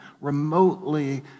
remotely